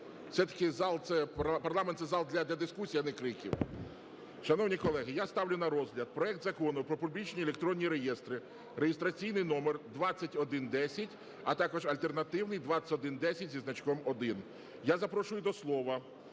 Все-таки парламент - це зал для дискусій, а не криків. Шановні колеги, я ставлю на розгляд проект Закону про публічні електронні реєстри (реєстраційний номер 2110), а також альтернативний 2110-1. Я запрошую до слова...